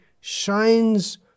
shines